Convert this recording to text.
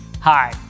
Hi